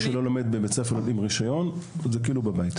ילדים שהולכים לבית ספר ללא רישיון מוגדרים כאילו שהם יושבים בבית.